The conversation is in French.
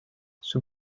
sous